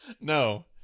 No